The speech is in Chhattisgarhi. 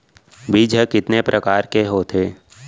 बीज ह कितने प्रकार के होथे?